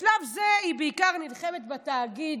בשלב זה היא בעיקר נלחמת בתאגיד,